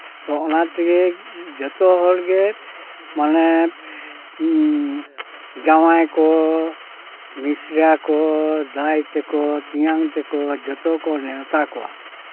ᱚᱱᱟ ᱛᱮᱜᱮ ᱡᱚᱛᱚ ᱦᱚᱲ ᱜᱮ ᱢᱟᱱᱮ ᱡᱟᱶᱟᱭ ᱠᱚ ᱢᱤᱥᱨᱟ ᱠᱚ ᱫᱟᱹᱭ ᱛᱟᱠᱚ ᱛᱮᱧᱟᱝ ᱛᱟᱠᱚ ᱡᱚᱛᱚ ᱠᱚ ᱱᱮᱣᱛᱟ ᱠᱚᱣᱟ